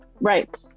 right